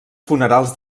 funerals